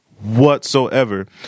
whatsoever